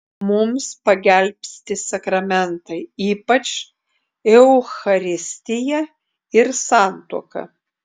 mums pagelbsti sakramentai ypač eucharistija ir santuoka